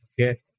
okay